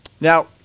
Now